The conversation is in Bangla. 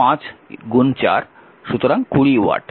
সুতরাং 20 ওয়াট